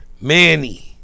Manny